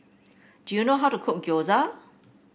do you know how to cook Gyoza